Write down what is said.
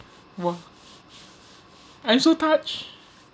!wah! I'm so touched